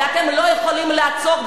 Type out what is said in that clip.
ואתם לא יכולים לעצור,